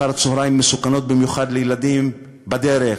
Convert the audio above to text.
שעות אחר-הצהריים מסוכנות במיוחד לילדים בדרך,